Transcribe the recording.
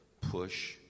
push